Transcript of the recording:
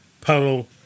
puddle